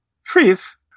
freeze